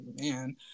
man